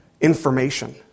information